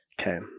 Okay